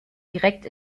direkt